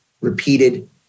repeated